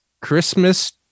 Christmas